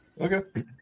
Okay